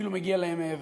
אפילו מגיע להם מעבר.